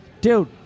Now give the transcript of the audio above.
Dude